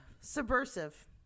Subversive